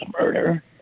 murder